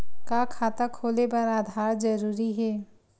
का खाता खोले बर आधार जरूरी हे?